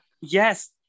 Yes